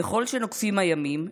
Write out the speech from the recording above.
ככל שנוקפים הימים,